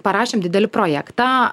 parašėm didelį projektą